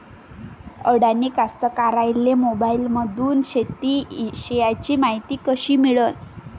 अडानी कास्तकाराइले मोबाईलमंदून शेती इषयीची मायती कशी मिळन?